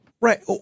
Right